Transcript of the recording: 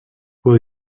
will